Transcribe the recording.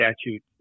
statute